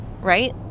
right